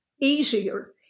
easier